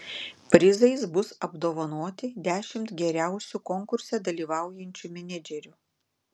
prizais bus apdovanoti dešimt geriausių konkurse dalyvaujančių menedžerių